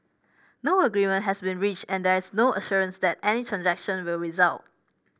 no agreement has been reached and there is no assurance that any transaction will result